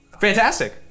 Fantastic